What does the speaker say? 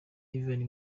ivan